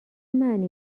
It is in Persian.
معنی